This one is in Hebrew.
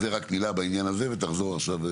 אז זה רק מילה בעניין הזה ותחזור עכשיו.